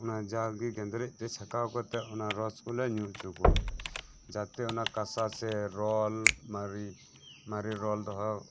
ᱚᱱᱟ ᱡᱟᱜᱮ ᱜᱮᱸᱫᱨᱮᱡ ᱛᱮ ᱪᱷᱟᱠᱟᱣ ᱠᱟᱛᱮ ᱚᱱᱟ ᱨᱚᱥ ᱠᱚᱞᱮ ᱧᱩ ᱚᱪᱚ ᱠᱚᱣᱟ ᱡᱟᱛᱮ ᱚᱱᱟ ᱠᱟᱥᱟ ᱥᱮ ᱨᱚᱞ ᱢᱟᱨᱮ ᱢᱟᱨᱮ ᱨᱚᱞ ᱫᱚᱦᱚ